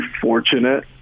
fortunate